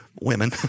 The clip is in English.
women